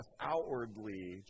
outwardly